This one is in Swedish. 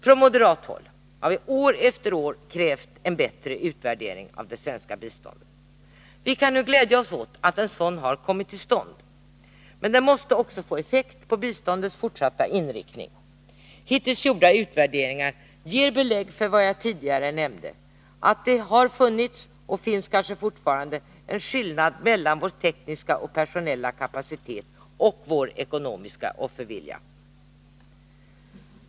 Från moderat håll har vi länge krävt en bättre utvärdering av det svenska biståndet. Vi kan nu glädja oss åt att en sådan kommit till stånd, men den måste också få effekt på biståndets fortsatta inriktning. Hittills gjorda utvärderingar ger belägg för vad jag tidigare nämnde: Det har funnits — och finns kanske fortfarande — en skillnad mellan vår tekniska och personella kapacitet och vår ekonomiska offervilja.